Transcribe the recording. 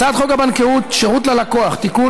הצעת חוק הבנקאות (שירות ללקוח) (תיקון,